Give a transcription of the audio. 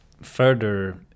further